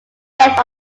death